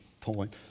point